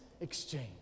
exchange